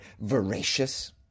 Voracious